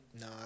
No